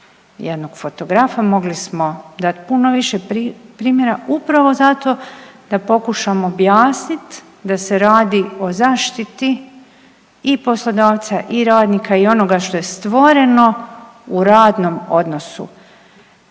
jednog fotografa, mogli smo dati puno više primjera, upravo zato da pokušamo objasniti da se radi o zaštiti i poslodavca, i radnika i onoga što je stvoreno u radnom odnosu.